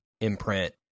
imprint